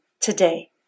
today